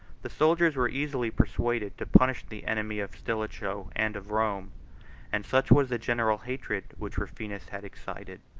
the soldiers were easily persuaded to punish the enemy of stilicho and of rome and such was the general hatred which rufinus had excited,